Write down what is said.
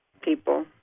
people